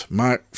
maar